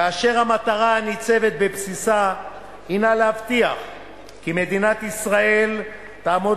כאשר המטרה הניצבת בבסיסה הינה להבטיח כי מדינת ישראל תעמוד